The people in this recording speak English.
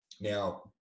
Now